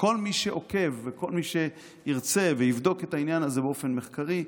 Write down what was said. וכל מי שעוקב וכל מי שירצה ויבדוק את העניין הזה באופן מחקרי,